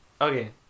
Okay